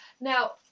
Now